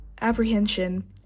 apprehension